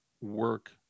work